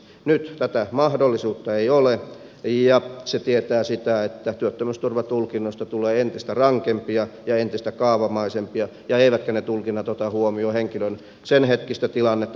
nyt tätä mahdollisuutta ei ole ja se tietää sitä että työttömyysturvatulkinnoista tulee entistä rankempia ja kaavamaisempia eivätkä ne tulkinnat ota huomioon henkilön senhetkistä tilannetta tai toimintaympäristöä